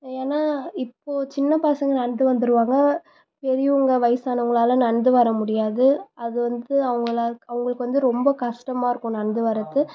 ஏன்னால் இப்போது சின்ன பசங்கள் நடந்து வந்துடுவாங்க பெரியவங்க வயசானவங்களால் நடந்து வர முடியாது அது வந்து அவங்கள அவங்களுக்கு வந்து ரொம்ப கஷ்டமாக இருக்கும் நடந்து வர்றது